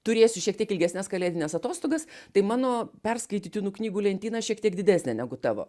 turėsiu šiek tiek ilgesnes kalėdines atostogas tai mano perskaitytinų knygų lentyna šiek tiek didesnė negu tavo